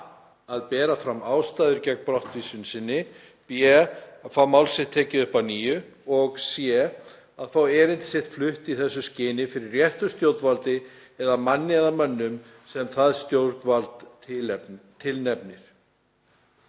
að bera fram ástæður gegn brottvísun sinni, b. að fá mál sitt tekið upp að nýju, og c. að fá erindi sitt flutt í þessu skyni fyrir réttu stjórnvaldi eða manni eða mönnum sem það stjórnvald tilnefnir.“